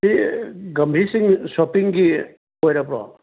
ꯁꯤ ꯒꯝꯚꯤꯔꯁꯤꯡ ꯁꯣꯄꯤꯡꯒꯤ ꯑꯣꯏꯔꯕꯣ